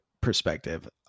perspective